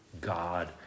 God